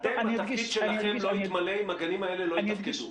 התפקיד שלכם לא יבוצע אם הגנים הללו לא יתפקדו.